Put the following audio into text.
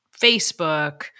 Facebook